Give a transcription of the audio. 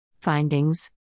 Findings